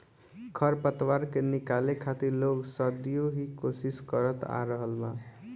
खर पतवार के निकाले खातिर लोग सदियों ही कोशिस करत आ रहल बा